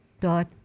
dot